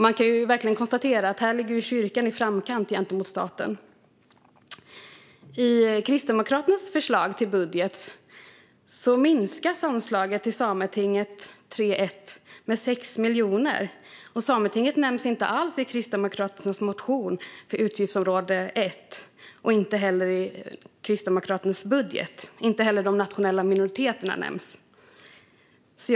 Man kan verkligen konstatera att kyrkan här ligger i framkant jämfört med staten. I Kristdemokraternas förslag till budget minskas anslaget till Sametinget, 3:1, med 6 miljoner. Sametinget nämns inte alls i Kristdemokraternas motion för utgiftsområde 1 och inte heller i Kristdemokraternas budget. De nationella minoriteterna nämns inte heller.